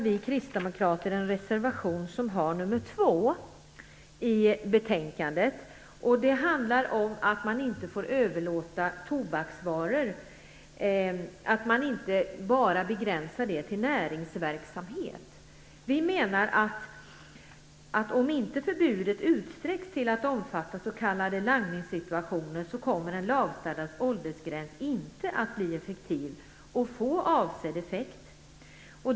Vi kristdemokrater har också en reservation till betänkandet, nr 2, som handlar om att förbudet mot att överlåta tobaksvaror inte skall begränsas till enbart näringsverksamhet. Vi menar att om inte förbudet utsträcks till att omfatta s.k. langningssituationer kommer en lagstadgad åldersgräns inte att bli effektiv och få avsedd effekt.